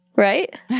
right